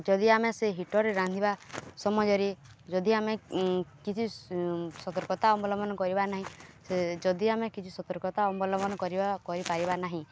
ଯଦି ଆମେ ସେ ହିଟର୍ରେ ରାନ୍ଧିବା ସମୟରେ ଯଦି ଆମେ କିଛି ସତର୍କତା ଅବଲମ୍ବନ କରିବା ନାହିଁ ସେ ଯଦି ଆମେ କିଛି ସତର୍କତା ଅବଲମ୍ବନ କରିବା କରିପାରିବା ନାହିଁ